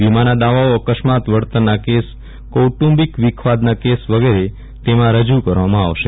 વીમાના દાવાઓ અકસ્માત વળતર કેસ કોટુંબિક વિખવાદના કેસ વગેરે તેમાં રજૂ કરવામાં આવશે